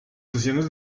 sesiones